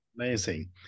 Amazing